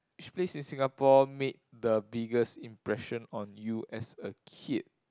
which place in Singapore made the biggest impression on you as a kid